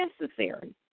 necessary